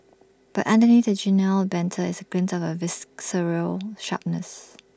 but underneath the genial banter is A glint of A visceral sharpness